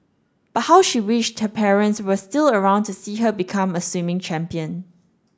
but how she wished her parents were still around to see her become a swimming champion